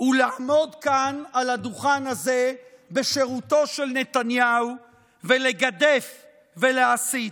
הוא לעמוד כאן על הדוכן הזה בשירותו של נתניהו ולגדף ולהסית.